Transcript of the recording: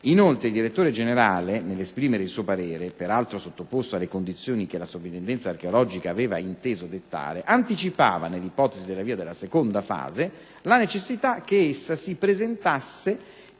Inoltre il direttore generale, nell'esprimere il suo parere, peraltro sottoposto alle condizioni che la Soprintendenza archeologica aveva inteso dettare, anticipava, nell'ipotesi dell'avvio di una seconda fase, la necessità che per essa si presentasse